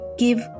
give